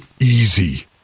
easy